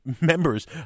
members